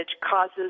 causes